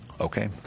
Okay